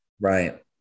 Right